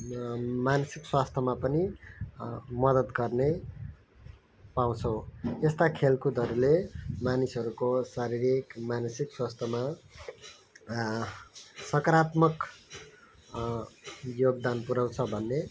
मा मानसिक स्वास्थ्यमा पनि मद्दत गर्ने पाउँछौँ यस्ता खेलकुदहरूले मानिसहरूको शारीरिक मानसिक स्वास्थ्यमा सकारात्मक योगदान पुऱ्याउँछ भन्ने